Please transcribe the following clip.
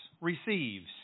receives